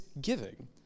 giving